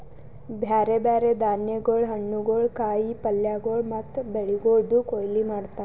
ಬ್ಯಾರೆ ಬ್ಯಾರೆ ಧಾನ್ಯಗೊಳ್, ಹಣ್ಣುಗೊಳ್, ಕಾಯಿ ಪಲ್ಯಗೊಳ್ ಮತ್ತ ಬೆಳಿಗೊಳ್ದು ಕೊಯ್ಲಿ ಮಾಡ್ತಾರ್